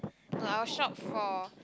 no I will shop for